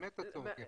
באמת הצעות יפות.